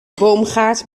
boomgaard